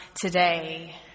today